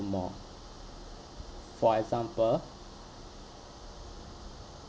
more for example